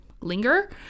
linger